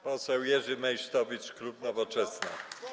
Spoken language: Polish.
Poseł Jerzy Meysztowicz, klub Nowoczesna.